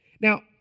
Now